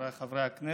חבריי חברי הכנסת,